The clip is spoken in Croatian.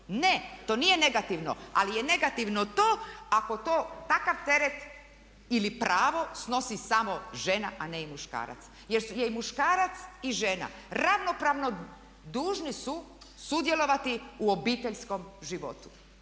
Ne. To nije negativno ali je negativno to ako to takav teret ili pravo snosi samo žena a ne i muškarac jer je i muškarac i žena ravnopravno dužni su sudjelovati u obiteljskom životu.